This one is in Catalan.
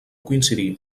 coincidir